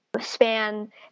span